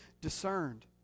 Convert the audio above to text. discerned